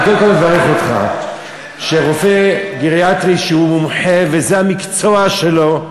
אני קודם כול מברך אותך שרופא גריאטרי שהוא מומחה וזה המקצוע שלו,